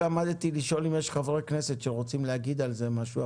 עמדתי לשאול אם יש חברי כנסת שרוצים להגיד על זה משהו,